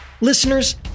Listeners